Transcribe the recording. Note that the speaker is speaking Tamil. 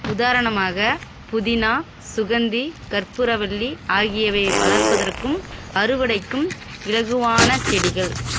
உதாரணமாக புதினா சுகந்தி கற்பூரவள்ளி ஆகியவை வளர்ப்பதற்கும் அறுவடைக்கும் இலகுவான செடிகள்